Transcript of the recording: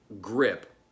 grip